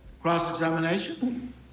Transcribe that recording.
Cross-examination